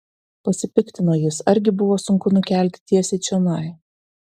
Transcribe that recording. pasipiktino jis argi buvo sunku nukelti tiesiai čionai